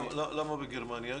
למה בגרמניה?